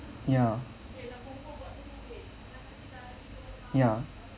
ya ya